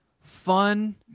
fun